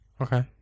Okay